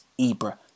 Ibra